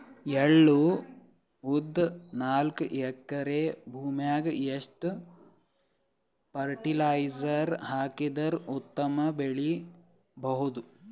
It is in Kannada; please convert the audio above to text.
ಎಳ್ಳು, ಉದ್ದ ನಾಲ್ಕಎಕರೆ ಭೂಮಿಗ ಎಷ್ಟ ಫರಟಿಲೈಜರ ಹಾಕಿದರ ಉತ್ತಮ ಬೆಳಿ ಬಹುದು?